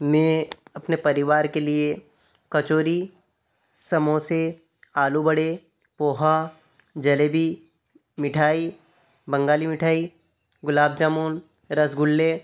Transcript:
मैं अपने परिवार के लिए कचौड़ी समोसे आलूबड़े पोहा जलेबी मिठाई बंगाली मिठाई गुलाब जामुन रसगुल्ले